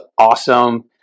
awesome